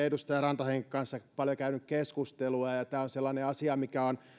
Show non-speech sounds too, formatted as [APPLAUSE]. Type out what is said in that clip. [UNINTELLIGIBLE] edustaja rantasen kanssa paljon käyneet keskustelua ja ja tämä on sellainen asia mikä on